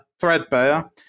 threadbare